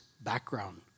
background